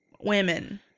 women